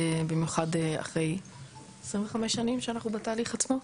במיוחד אחרי 25 שנים שאנחנו בתהליך עצמו,